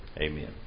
Amen